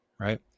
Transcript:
Right